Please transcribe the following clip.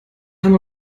haben